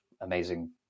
amazing